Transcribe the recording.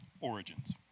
origins